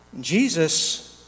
Jesus